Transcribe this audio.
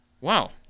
Wow